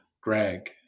Greg